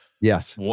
yes